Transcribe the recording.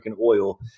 oil